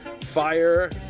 fire